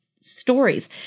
stories